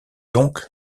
donc